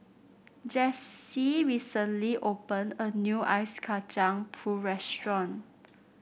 Jessee recently opened a new Ice Kacang Pool restaurant